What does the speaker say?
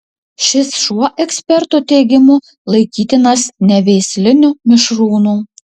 šis šuo ekspertų teigimu laikytinas neveisliniu mišrūnu